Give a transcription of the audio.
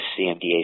CMDA